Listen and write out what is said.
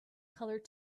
colored